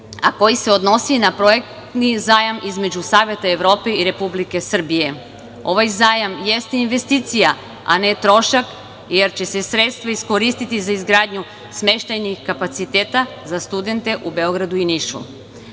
a koji se odnosi na projektni zajam između Saveta Evrope i Republike Srbije. Ovaj zajam jeste investicija, a ne trošak, jer će se sredstva iskoristiti za izgradnju smeštajnih kapaciteta za studente u Beogradu i Nišu. Kao